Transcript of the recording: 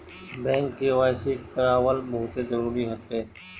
bank KYC करावल बहुते जरुरी हटे